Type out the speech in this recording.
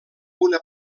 una